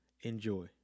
enjoy